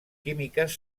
químiques